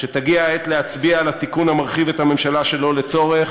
כשתגיע העת להצביע על התיקון המרחיב את הממשלה שלא לצורך,